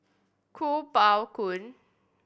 Kuo Pao Kun